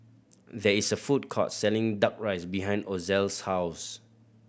there is a food court selling Duck Rice behind Ozell's house